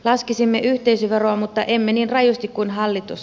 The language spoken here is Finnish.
laskisimme yhteisöveroa mutta emme niin rajusti kuin hallitus